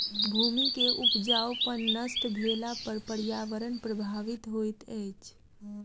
भूमि के उपजाऊपन नष्ट भेला पर पर्यावरण प्रभावित होइत अछि